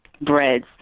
breads